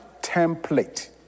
template